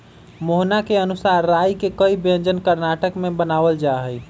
मोहना के अनुसार राई के कई व्यंजन कर्नाटक में बनावल जाहई